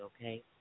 okay